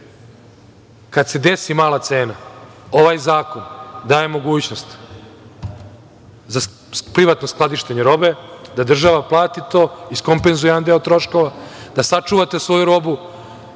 Kad se desi mala cena, ovaj zakon daje mogućnost za privatno skladištenje robe, da država plati to, iskompenzuje jedan deo troškova, da sačuvate svoju robu